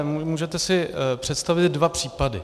Můžete si představit dva případy.